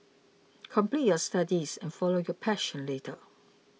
complete your studies and follow your passion later